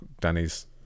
Danny's